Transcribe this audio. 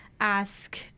ask